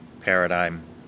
paradigm